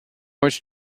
much